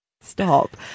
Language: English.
Stop